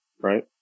Right